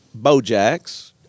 Bojacks